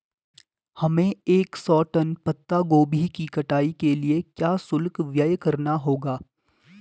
हमें एक सौ टन पत्ता गोभी की कटाई के लिए क्या शुल्क व्यय करना होगा?